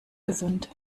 gesund